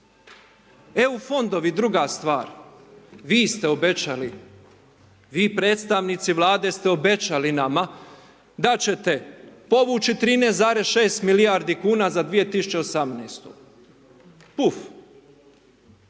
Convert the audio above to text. EU fondovi, druga stvar, vi ste obećali, vi predstavnici Vlade ste obećali nama, da ćete povući 13,6 milijardi kn za 2018. uf,